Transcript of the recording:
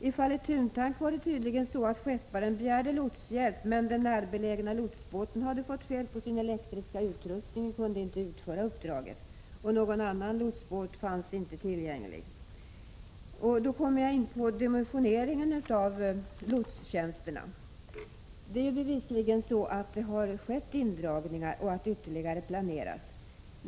I fallet Thuntank var det tydligen så att skepparen begärde lotshjälp men att den närbelägna lotsbåten hade fått fel på sin elektriska utrustning och inte kunde utföra uppdraget. Någon annan lotsbåt fanns inte tillgänglig. Därmed kommer jag in på dimensioneringen av lotstjänsterna. Det är bevisligen så att det har skett indragningar av lotstjänster och att ytterligare indragningar planeras.